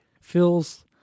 feels